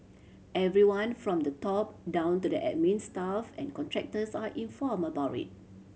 everyone from the top down to the admin staff and contractors are informed about it